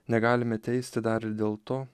negalime teisti dar ir dėl to